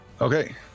Okay